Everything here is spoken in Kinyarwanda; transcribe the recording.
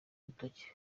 rutoki